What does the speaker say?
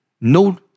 No